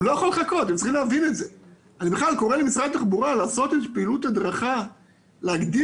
אני קורא למשרד התחבורה לעשות פעילות הדרכה להגביר